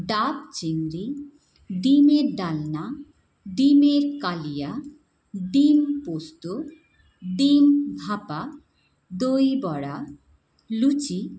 ডাব চিংড়ি ডিমের ডালনা ডিমের কালিয়া ডিম পোস্ত ডিম ভাপা দই বড়া লুচি